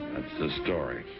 that's the story.